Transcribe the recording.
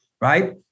right